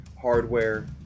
hardware